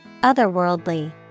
Otherworldly